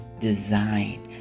design